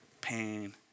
pain